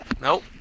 Nope